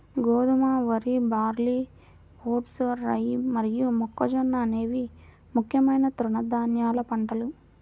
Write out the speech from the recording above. గోధుమ, వరి, barley, oats, rye మరియు మొక్కజొన్న అనేవి ముఖ్యమైన తృణధాన్యాల పంటలు